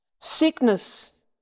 sickness